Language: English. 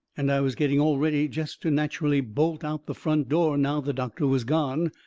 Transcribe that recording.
and i was getting all ready jest to natcherally bolt out the front door now the doctor was gone.